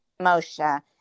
Moshe